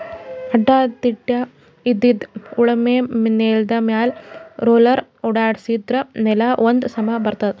ಅಡ್ಡಾ ತಿಡ್ಡಾಇದ್ದಿದ್ ಉಳಮೆ ನೆಲ್ದಮ್ಯಾಲ್ ರೊಲ್ಲರ್ ಓಡ್ಸಾದ್ರಿನ್ದ ನೆಲಾ ಒಂದ್ ಸಮಾ ಬರ್ತದ್